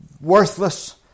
worthless